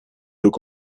look